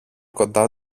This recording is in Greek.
κοντά